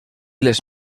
les